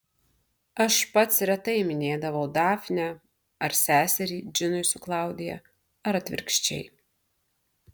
aš pats retai minėdavau dafnę ar seserį džinui su klaudija ar atvirkščiai